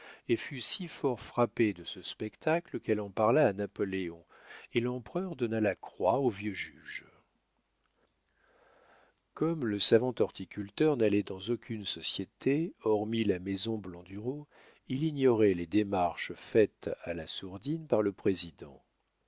et fut si fort frappée de ce spectacle qu'elle en parla à napoléon et l'empereur donna la croix au vieux juge comme le savant horticulteur n'allait dans aucune société hormis la maison blandureau il ignorait les démarches faites à la sourdine par le président